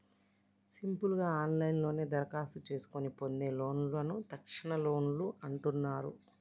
simple గా ఆన్లైన్లోనే దరఖాస్తు చేసుకొని పొందే లోన్లను తక్షణలోన్లు అంటున్నరు